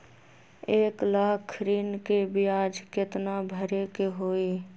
एक लाख ऋन के ब्याज केतना भरे के होई?